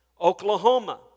Oklahoma